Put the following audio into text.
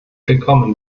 gekommen